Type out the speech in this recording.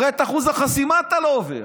הרי את אחוז החסימה אתה לא עובר.